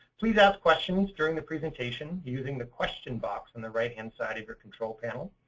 please ask questions during the presentation using the question box on the right hand side of your control panel.